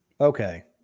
Okay